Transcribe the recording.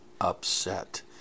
upset